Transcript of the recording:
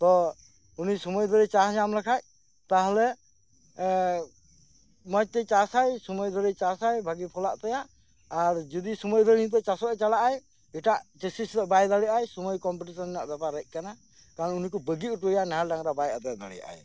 ᱛᱚ ᱩᱱᱤ ᱥᱚᱢᱚᱭ ᱨᱮᱭ ᱪᱟᱥ ᱧᱟᱢ ᱞᱮᱠᱷᱟᱱ ᱛᱟᱦᱞᱮ ᱢᱚᱸᱡᱽ ᱛᱮᱭ ᱪᱟᱥᱟ ᱵᱷᱟᱹᱜᱤ ᱯᱷᱞᱟᱜ ᱛᱟᱭᱟ ᱟᱨ ᱡᱩᱫᱤ ᱥᱚᱢᱚᱭ ᱫᱷᱚᱨᱮ ᱱᱤᱛᱳᱜ ᱪᱟᱥᱚᱜ ᱪᱟᱞᱟᱜ ᱟᱭ ᱮᱴᱟᱜ ᱪᱟᱥᱤ ᱥᱟᱞᱟᱜ ᱵᱟᱭ ᱫᱟᱲᱮᱜ ᱟᱭ ᱥᱚᱚᱭ ᱠᱚᱢᱯᱮᱴᱤᱥᱚᱱ ᱨᱮᱱᱟᱜ ᱵᱮᱯᱟᱨ ᱦᱮᱡ ᱟᱠᱟᱱᱟ ᱠᱟᱨᱚᱱ ᱩᱱᱜ ᱠᱚ ᱵᱟᱹᱜᱤ ᱦᱚᱴᱚ ᱟᱭᱟ ᱱᱟᱦᱮᱞ ᱰᱟᱝᱨᱟ ᱵᱟᱭ ᱟᱫᱮᱨ ᱫᱟᱲᱮᱭᱟᱜᱼᱟᱭ